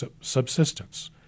subsistence